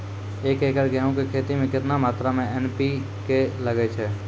एक एकरऽ गेहूँ के खेती मे केतना मात्रा मे एन.पी.के लगे छै?